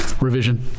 Revision